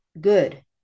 good